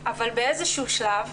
אבל באיזה שהוא שלב,